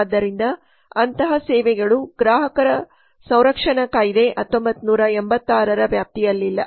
ಆದ್ದರಿಂದ ಅಂತಹ ಸೇವೆಗಳು ಗ್ರಾಹಕ ಸಂರಕ್ಷಣಾ ಕಾಯ್ದೆ 1986 ರ ವ್ಯಾಪ್ತಿಯಲ್ಲಿಲ್ಲ